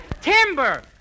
Timber